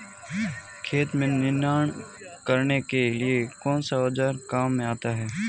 खेत में निनाण करने के लिए कौनसा औज़ार काम में आता है?